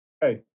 hey